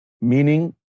Meaning